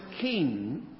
king